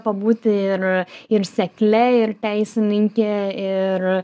pabūti ir ir sekle ir teisininke ir